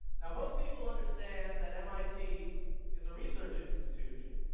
now, most people understand that mit is a research institution,